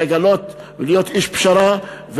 ולהיות איש פשרה,